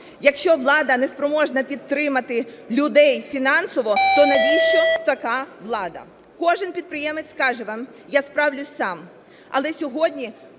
Якщо влада не спроможна підтримати людей фінансово, то навіщо така влада? Кожен підприємець скаже вам: я справлюсь сам. Але сьогодні